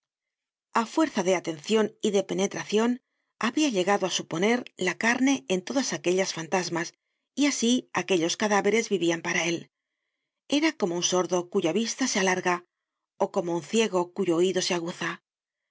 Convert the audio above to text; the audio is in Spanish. a fuerza de atencion y de penetracion habia llegado á suponer la carne en todas aquellas fantasmas y asi aquellos cadáveres vivían para él era como un sordo cuya vista se alarga ó como un ciego cuyo oido se aguza